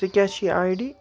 ژےٚ کیٛاہ چھِی آی ڈی